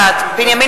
בעד בנימין